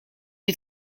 est